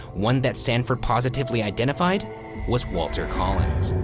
one that sanford positively identified was walter collins.